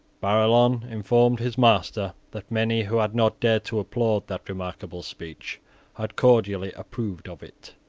barillon informed his master that many who had not dared to applaud that remarkable speech had cordially approved of it,